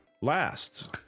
Last